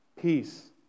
peace